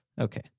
Okay